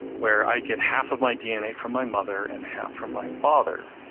where i get half of my dna from my mother and half from my father.